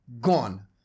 Gone